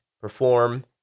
perform